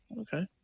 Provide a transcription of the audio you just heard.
Okay